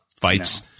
fights